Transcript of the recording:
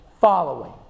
following